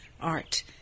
art